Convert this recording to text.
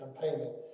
campaigning